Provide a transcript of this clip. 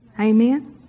Amen